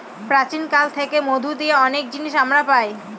প্রাচীন কাল থেকে মধু দিয়ে অনেক জিনিস আমরা পায়